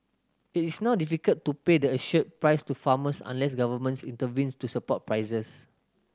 it is not difficult to pay the assured price to farmers unless governments intervenes to support prices